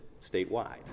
statewide